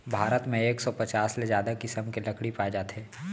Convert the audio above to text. भारत म एक सौ पचास ले जादा किसम के लकड़ी पाए जाथे